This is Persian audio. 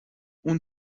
اون